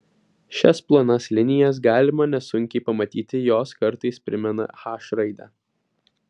šias plonas linijas galima nesunkiai pamatyti jos kartais primena h raidę